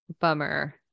Bummer